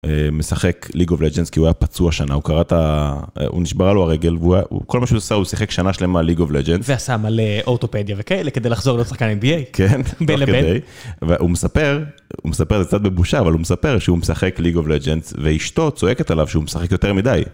משחק ליגו ולג'אנס כי הוא היה פצוע שנה הוא קרע את ה.. הוא נשברה לו הרגל והוא כל מה שהוא עשה הוא שיחק שנה שלמה ליגו ולג'אנס ועשה מלא אורטופדיה וכאלה כדי לחזור להיות שחקן NBA, בין לבין. הוא מספר הוא מספר את זה קצת בבושה אבל הוא מספר שהוא משחק ליגו ולג'אנס ואשתו צועקת עליו שהוא משחק יותר מדי.